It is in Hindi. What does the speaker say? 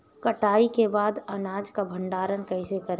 कटाई के बाद अनाज का भंडारण कैसे करें?